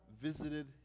visited